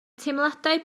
teimladau